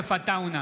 יוסף עטאונה,